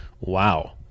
wow